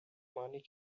money